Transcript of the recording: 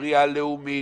הספרייה הלאומית,